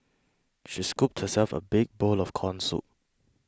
she scooped herself a big bowl of Corn Soup